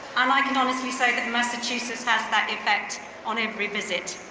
um i can honestly say that massachusetts has that effect on every visit.